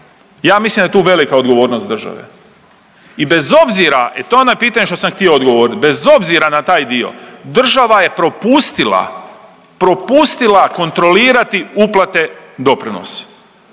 Ja mislim da je tu velika odgovornost države. I bez obzira i to je ono pitanje što sam htio odgovorit, bez obzira na taj dio država je propustila, propustila kontrolirati uplate doprinosa.